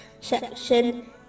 section